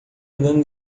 andando